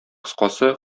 кыскасы